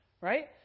right